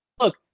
Look